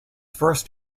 first